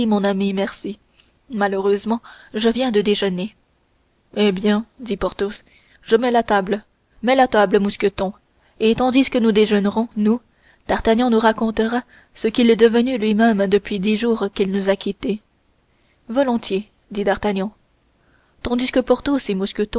mon ami merci malheureusement je viens de déjeuner eh bien dit porthos mets la table mousqueton et tandis que nous déjeunerons nous d'artagnan nous racontera ce qu'il est devenu lui-même depuis dix jours qu'il nous a quittés volontiers dit d'artagnan tandis que porthos et